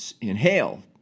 inhale